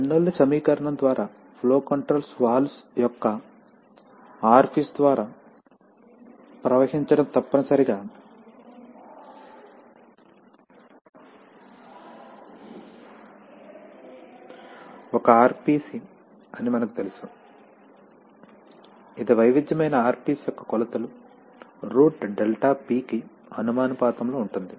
Bernoulli సమీకరణం ద్వారా flow control valve యొక్క ఆర్ఫీస్ ద్వారా ప్రవహించడం తప్పనిసరిగా ఒక ఆర్ఫీస్ అని మనకు తెలుసు ఇది వైవిధ్యమైన ఆర్ఫీస్ యొక్క కొలతలు రూట్ ΔP కి అనులోమానుపాతంలో ఉంటుంది